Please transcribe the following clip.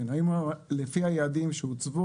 לפי היעדים שהוצבו.